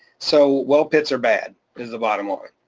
so well pits are bad, is the bottom line.